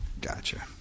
Gotcha